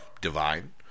divine